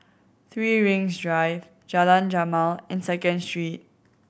Three Rings Drive Jalan Jamal and Second Street